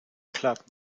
clock